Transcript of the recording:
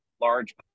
large